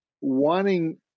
wanting